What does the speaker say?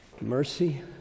Mercy